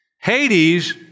Hades